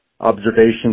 observations